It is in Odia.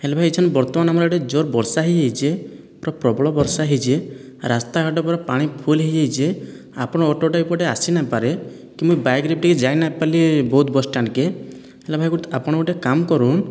ହେଲେ ଭାଇ ଏଇଛେନ୍ ବର୍ତ୍ତମାନ ଆମର ଏଠି ଜୋର ବର୍ଷା ହୋଇଯାଇଛି ତ ପ୍ରବଳ ବର୍ଷା ହୋଇଛି ରାସ୍ତା ଘାଟ ପୂରା ପାଣି ଫୁଲ୍ ହୋଇଯାଇଛି ଆପଣ ଅଟୋଟା ଏହି ପଟେ ଆସିନାହିଁପାରେ କି ମୁଁ ବାଇକ୍ରେ ଟିକିଏ ଯାଇନାହିଁପାରିଲି ବୌଦ୍ଧ ବସ୍ ଷ୍ଟାଣ୍ଡକେ ହେଲା ଭାଇ ଆପଣ ଗୋଟିଏ କାମ କରନ୍ତୁ